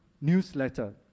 newsletter